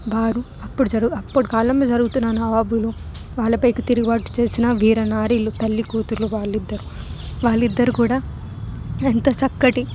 బారు అప్పుడు అప్పుడు కాలంలో జరుగుతున్న నవాబులు వాళ్ళపై తిరుగుబాటు చేసిన వీరనారీలు తల్లి కూతురు వాళ్లిద్దరూ వాళ్లిద్దరు కూడా ఎంత చక్కటి